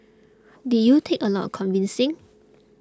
did you take a lot of convincing